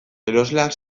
erosleak